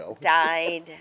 died